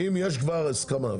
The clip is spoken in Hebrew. אם יש כבר הסכמה,